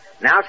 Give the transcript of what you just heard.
Now